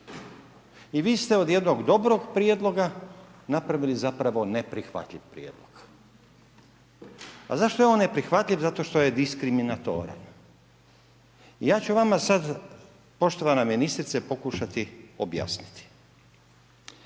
i vi ste od jednog dobrog Prijedloga napravili zapravo neprihvatljiv Prijedlog. A zašto je on neprihvatljiv? Zato što je diskriminatoran. Ja ću vama sada poštovana ministrice pokušati objasniti.